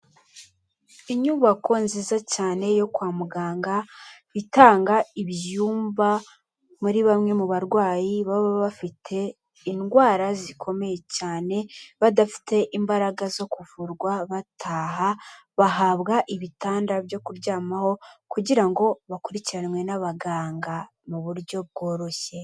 Inyubako nziza cyane yo kwa muganga itanga ibyumba muri bamwe mu barwayi baba bafite indwara zikomeye cyane, badafite imbaraga zo kuvurwa bataha, bahabwa ibitanda byo kuryamaho kugira ngo bakurikiranwe n'abaganga mu buryo bworoshye.